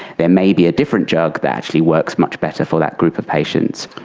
there may be a different drug that actually works much better for that group of patients.